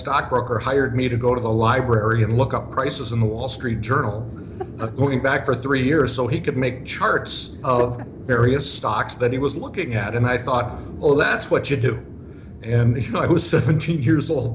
stockbroker hired me to go to the library and look up prices in the wall street journal going back for three years so he could make charts of the various stocks that he was looking at and i thought well that's what you do and i was seventy eight years old